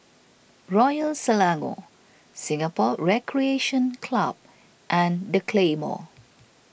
Royal Selangor Singapore Recreation Club and the Claymore